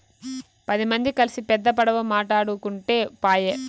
పది మంది కల్సి పెద్ద పడవ మాటాడుకుంటే పాయె